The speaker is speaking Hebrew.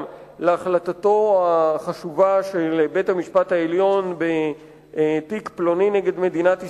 להחלטתו החשובה של בית-המשפט העליון בתיק פלוני נגד מדינת ישראל,